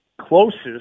closest